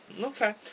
okay